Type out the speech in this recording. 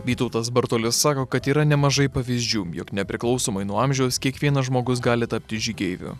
vytautas bartulis sako kad yra nemažai pavyzdžių jog nepriklausomai nuo amžiaus kiekvienas žmogus gali tapti žygeiviu